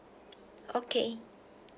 okay